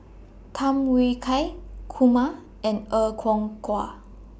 Tham Yui Kai Kumar and Er Kwong Wah